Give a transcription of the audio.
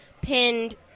pinned